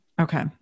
Okay